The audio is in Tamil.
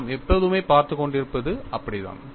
நாம் எப்போதுமே பார்த்துக்கொண்டிருப்பது அப்படித்தான்